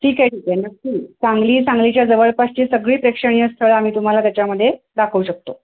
ठीक आहे ठीक आहे नक्की सांगली सांगलीच्या जवळपासची सगळी प्रेक्षणीय स्थळं आम्ही तुम्हाला त्याच्यामध्ये दाखवू शकतो